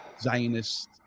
zionist